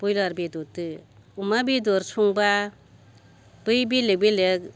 ब्रयलार बेदरजों अमा बेदर संबा बै बेलेग बेलेग